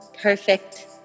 perfect